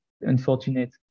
unfortunate